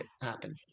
happen